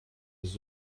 les